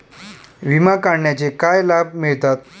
विमा काढण्याचे काय लाभ मिळतात?